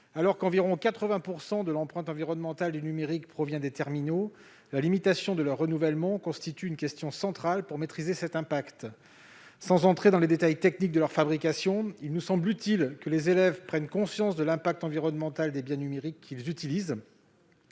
Alors qu'environ 80 % de l'empreinte environnementale du numérique provient des terminaux, la limitation de leur renouvellement constitue une question centrale pour maîtriser cet impact. Sans entrer dans les détails techniques de leur fabrication, il nous semble utile que les élèves prennent conscience de l'impact environnemental des biens numériques qu'ils utilisent.